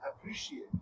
appreciate